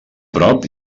prop